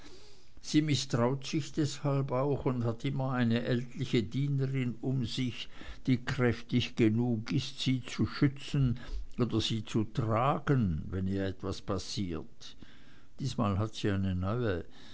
sie mißtraut sich deshalb auch und hat immer eine ältliche dienerin um sich die kräftig genug ist sie zu schützen oder sie zu tragen wenn ihr was passiert diesmal hat sie eine neue